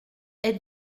est